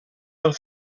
del